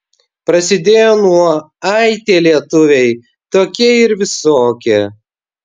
prasidėjo nuo ai tie lietuviai tokie ir visokie